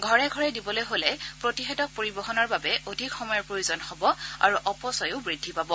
ঘৰে ঘৰে দিবলৈ হলে প্ৰতিষেধক পৰিবহণৰ বাবে অধিক সময়ৰ প্ৰয়োজন হ'ব আৰু অপচয়ো বৃদ্ধি পাব